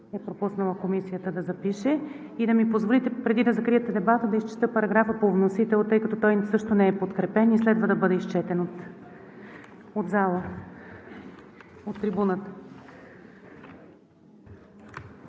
е пропуснала да запише. И да ми позволите, преди да закриете дебата, да изчета параграфа по вносител, тъй като той също не е подкрепен и следва да бъде изчетен в залата, от трибуната.